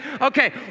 Okay